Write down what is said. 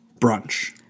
Brunch